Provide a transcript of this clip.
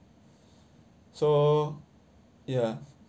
so ya